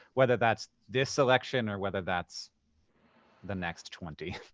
whether that's this election or whether that's the next twenty.